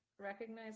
recognize